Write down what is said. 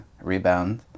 rebound